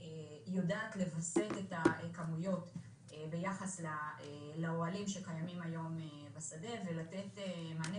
היא יודעת לווסת את הכמויות ביחס לאוהלים שקיימים היום בשדה ולתת מענה